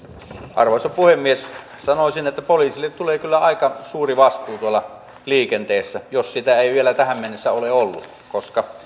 arvoisa puhemies sanoisin että poliisille tulee kyllä aika suuri vastuu tuolla liikenteessä jos sitä ei vielä tähän mennessä ole ollut koska